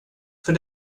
för